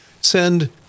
send